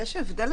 יש הבדל,